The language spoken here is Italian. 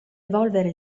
evolvere